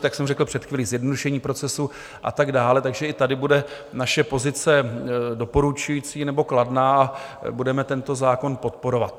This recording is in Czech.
Jak jsem řekl před chvílí, zjednodušení procesů a tak dále, takže i tady bude naše pozice doporučující nebo kladná, budeme tento zákon podporovat.